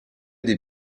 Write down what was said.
des